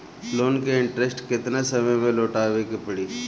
Loan के interest केतना समय में लौटावे के पड़ी?